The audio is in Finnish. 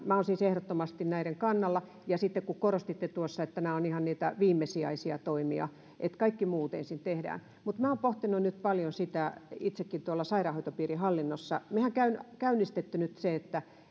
minä olen siis ehdottomasti näiden kannalla kun vielä korostitte tuossa että nämä ovat ihan niitä viimesijaisia toimia että kaikki muut ensin tehdään mutta minä olen pohtinut nyt paljon tätä itsekin tuolla sairaanhoitopiirin hallinnossa mehän olemme käynnistäneet nyt sen että